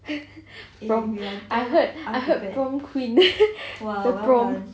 I heard I heard prom queen the prom